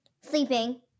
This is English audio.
sleeping